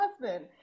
husband